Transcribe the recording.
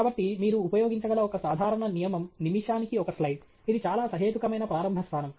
కాబట్టి మీరు ఉపయోగించగల ఒక సాధారణ నియమం నిమిషానికి ఒక స్లైడ్ ఇది చాలా సహేతుకమైన ప్రారంభ స్థానం